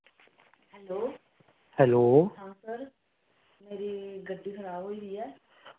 hello